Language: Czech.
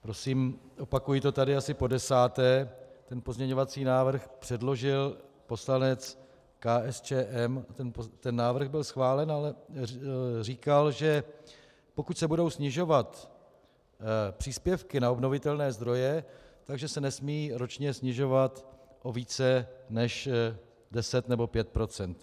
Prosím, opakuji to tady asi podesáté, ten pozměňovací návrh předložil poslanec KSČM, ten návrh byl schválen, ale říkal, že pokud se budou snižovat příspěvky na obnovitelné zdroje, tak se nesmí ročně snižovat o více než deset nebo pět procent.